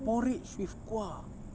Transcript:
porridge with kuah